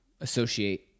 associate